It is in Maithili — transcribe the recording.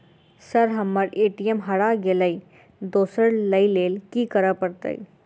सर हम्मर ए.टी.एम हरा गइलए दोसर लईलैल की करऽ परतै?